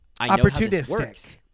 Opportunistic